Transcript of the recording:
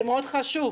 זה מאוד חשוב,